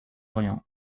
orient